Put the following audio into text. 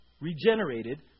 regenerated